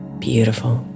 beautiful